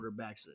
quarterbacks